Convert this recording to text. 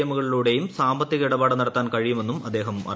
എമ്മുകളിലൂടെയും സാമ്പത്തിക ഇടപാട് നടത്താൻ കഴിയുമെന്നും അദ്ദേഹം അറിയിച്ചു